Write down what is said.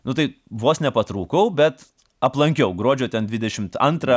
nu tai vos nepatrūkau bet aplankiau gruodžio ten dvidešimt antrą